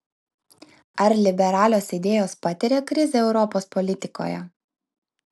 ar liberalios idėjos patiria krizę europos politikoje